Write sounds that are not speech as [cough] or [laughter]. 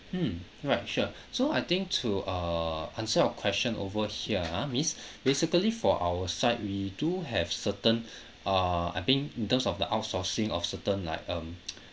mm right sure [breath] so I think to uh answer your question over here ah miss [breath] basically for our side we do have certain [breath] uh I think in terms of the outsourcing of certain like um [noise]